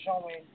showing